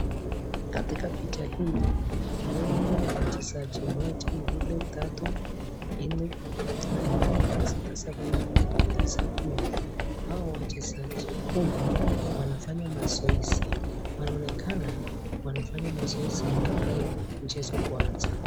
Katika picha hii naona wachezaji:Moja mbili, tatu, nne, tano , sita , saba, name ,tisa, kumi. Hao wachezaji kumi wanafanya mazoezi. Wanaonekana wanafanya mazoezi kabla ya mchezo kuanza.